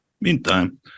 Meantime